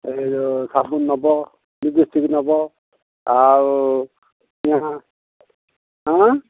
ଏ ଯୋଉ ସାବୁନ ନେବ ଲିପଷ୍ଟିକ୍ ନେବ ଆଉ ହଁ